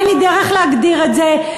אין לי דרך להגדיר את זה,